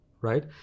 right